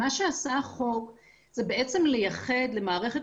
מה שעשה החוק זה בעצם לייחד למערכת